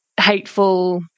hateful